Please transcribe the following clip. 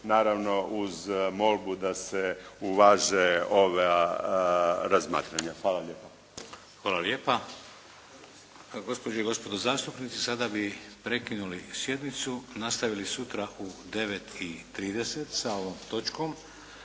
naravno uz molbu da se uvaže ova razmatranja. Hvala lijepa. **Šeks, Vladimir (HDZ)** Hvala lijepa. Gospođe i gospodo zastupnici sada bi prekinuli sjednicu, nastavili sutra u 9 i 30 sa ovom točkom.